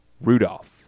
Rudolph